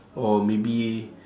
or maybe